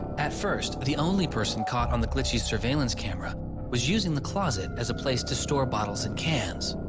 at first the only person caught on the glitchy? surveillance camera was using the closet as a place to store bottles and cans